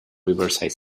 riverside